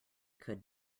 could